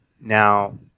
Now